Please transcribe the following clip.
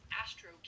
Astro